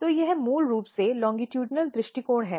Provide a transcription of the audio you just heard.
तो यह मूल रूप से लॉन्जटूडनल दृष्टिकोण है